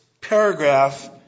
paragraph